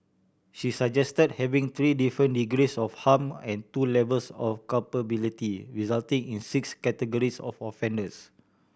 she suggested having three different degrees of harm and two levels of culpability resulting in six categories of offenders